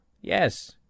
yes